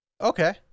Okay